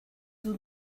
dut